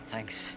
Thanks